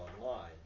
online